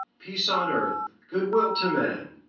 peace on earth, good will to men.